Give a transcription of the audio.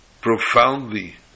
profoundly